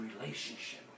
relationship